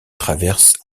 traverse